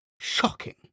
Shocking